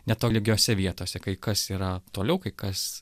netolygiose vietose kai kas yra toliau kai kas